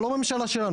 לא שלנו,